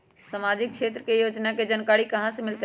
सामाजिक क्षेत्र के योजना के जानकारी कहाँ से मिलतै?